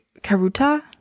karuta